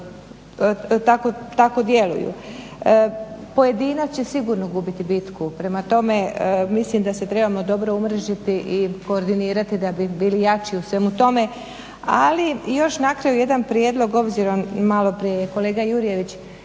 Tako djeluju. Pojedinac će sigurno gubiti bitku, prema tome mislim da se trebamo dobro umrežiti i koordinirati da bi bili jači u svemu tome, ali i još na kraju jedan prijedlog obzirom maloprije je kolega Jurjević